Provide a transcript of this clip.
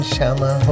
Shama